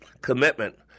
Commitment